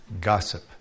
Gossip